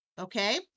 Okay